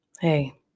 Hey